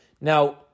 Now